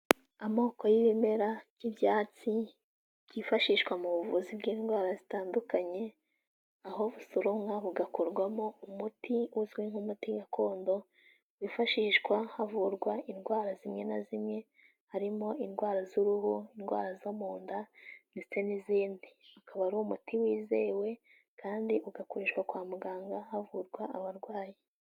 Amoko y'ibimera by'ibyatsi byifashishwa mu buvuzi bw'indwara zitandukanye, aho busoromwa bugakorwamo umuti uzwi nk'umuti gakondo wifashishwa havurwa indwara zimwe na zimwe harimo indwara z'uruhu, indwara zo mu nda ndetse n'izindi. Akaba ari umuti wizewe kandi ugakoreshwa kwa muganga havurwa abarwayi.